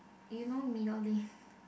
you know middle lane